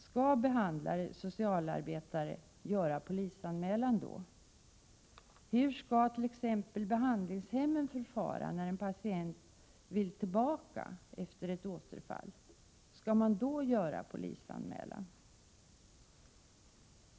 Skall behandlaren-socialarbetaren göra polisanmälan då? Hur skall t.ex. behandlingshemmen förfara när en patient vill tillbaka efter ett återfall? Skall man då göra polisanmälan?